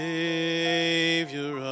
Savior